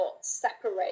separate